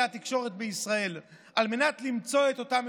התקשורת בישראל על מנת למצוא את אותם מנוולים,